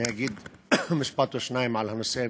אני אגיד משפט או שניים על הנושא,